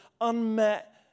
unmet